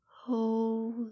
Hold